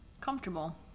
comfortable